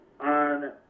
on